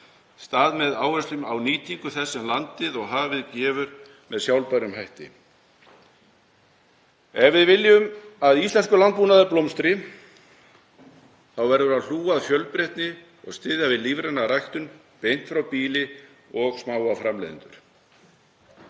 stað með áherslu á nýtingu þess sem landið og hafið gefur með sjálfbærum hætti. Ef við viljum að íslenskur landbúnaður blómstri þá verðum við að hlúa að fjölbreytni og styðja við lífræna ræktun beint frá býli og smáa framleiðendur.